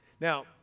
Now